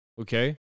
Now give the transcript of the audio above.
okay